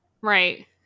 Right